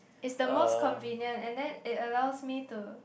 is the most convenient and then it allows me to